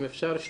אם אפשר,